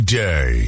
day